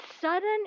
sudden